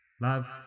Love